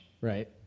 Right